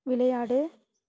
விளையாடு